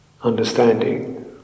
understanding